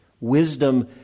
Wisdom